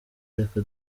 reka